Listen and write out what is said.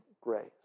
grace